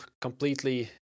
completely